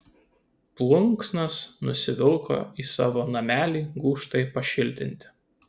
plunksnas nusivilko į savo namelį gūžtai pašiltinti